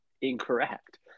incorrect